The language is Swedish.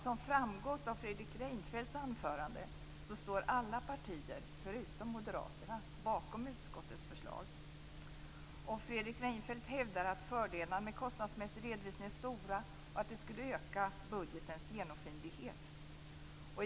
Som framgått av Fredrik Reinfeldts anförande står alla partier utom Moderaterna bakom utskottets förslag. Fredrik Reinfeldt hävdar att fördelarna med kostnadsmässig redovisning är stora och att det skulle öka budgetens genomskinlighet.